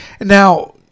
Now